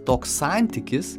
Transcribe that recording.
toks santykis